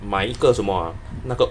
买一个什么 uh 那个